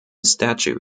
statue